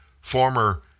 former